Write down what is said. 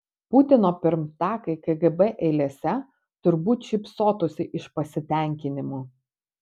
putino pirmtakai kgb eilėse turbūt šypsotųsi iš pasitenkinimo